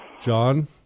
John